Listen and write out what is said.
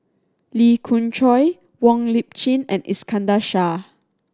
Lee Khoon Choy Wong Lip Chin and Iskandar Shah